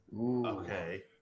Okay